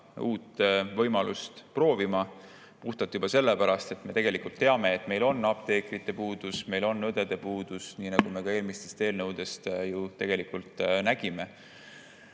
uut võimalust proovima puhtalt juba sellepärast, et me tegelikult teame, et meil on apteekrite puudus, meil on õdede puudus, nii nagu me ka eelmistest eelnõudest ju nägime.